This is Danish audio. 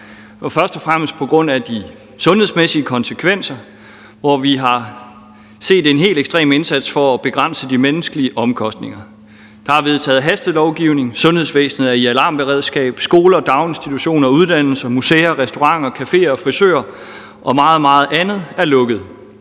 først og fremmest på grund af de sundhedsmæssige konsekvenser, hvor vi har set en helt ekstrem indsats for at begrænse de menneskelige omkostninger. Der er vedtaget hastelovgivning, sundhedsvæsenet er i alarmberedskab, skoler og daginstitutioner og uddannelsessteder og museer og restauranter og cafeer og frisørsaloner og meget, meget andet er lukket.